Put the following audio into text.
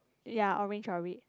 ya orange or red